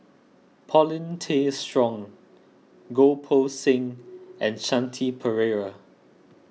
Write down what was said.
Paulin Tay Strong Goh Poh Seng and Shanti Pereira